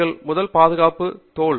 எங்கள் முதல் பாதுகாப்பு நம் தோல்